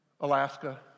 Alaska